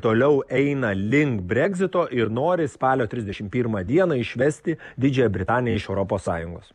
toliau eina link breksito ir nori spalio trisdešim pirmą dieną išvesti didžiąją britaniją iš europos sąjungos